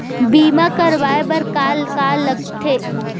बीमा करवाय बर का का लगथे?